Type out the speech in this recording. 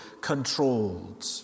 controlled